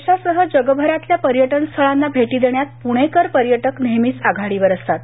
देशासह जगभरातल्या पर्यटन स्थळांना भेटी देण्यात पुणेकर पर्यटक नेहमीच आघाडीवर असतात